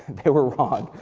they were wrong.